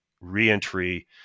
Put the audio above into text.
reentry